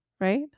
Right